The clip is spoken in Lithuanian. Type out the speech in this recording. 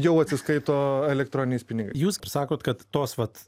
jau atsiskaito elektroniniais pinigai jūs sakot kad tos vat